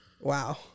Wow